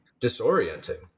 disorienting